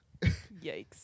Yikes